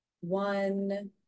One